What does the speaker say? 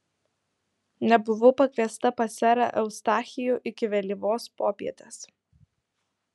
nebuvau pakviesta pas serą eustachijų iki vėlyvos popietės